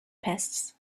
pests